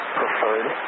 preferred